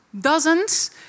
dozens